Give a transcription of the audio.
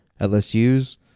LSU's